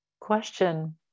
question